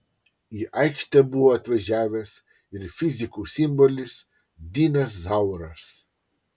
į aikštę buvo atvažiavęs ir fizikų simbolis dinas zauras